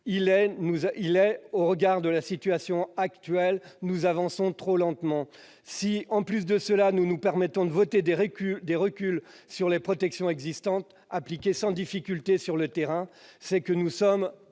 Au regard de la situation actuelle, nous avançons trop lentement. Si nous nous permettons en plus de voter des reculs sur les protections existantes appliquées sans difficulté sur le terrain, c'est que nous sommes